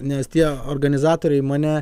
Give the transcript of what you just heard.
nes tie organizatoriai mane